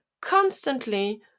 constantly